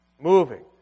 moving